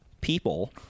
people